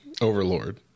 Overlord